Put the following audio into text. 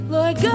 Lord